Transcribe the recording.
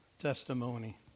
testimony